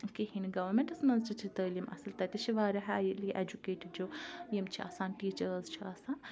کِہیٖنۍ نہٕ گورمیٚنٛٹَس منٛز تہِ چھِ تعلیٖم اَصٕل تَتہِ تہِ چھِ واریاہ ہایلی ایٚجوکیٹِڑ جو یِم چھِ آسان ٹیٖچٲرٕز چھِ آسان